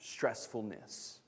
stressfulness